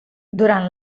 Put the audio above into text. durant